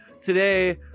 today